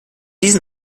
diesen